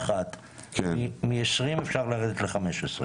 מ-20 אפשר לרדת ל-15.